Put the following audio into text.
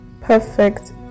Perfect